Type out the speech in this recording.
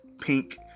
pink